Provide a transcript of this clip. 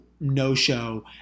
no-show